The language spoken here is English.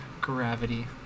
Gravity